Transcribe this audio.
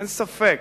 אין ספק.